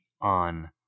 on